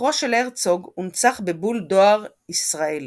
זכרו של הרצוג הונצח בבול דאר ישראלי.